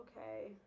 okay